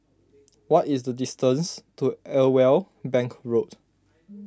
what is the distance to Irwell Bank Road